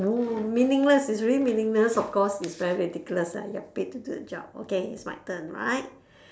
meaningless it's really meaningless of course it's very ridiculous lah you're paid to do the job okay it's my turn right